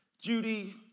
Judy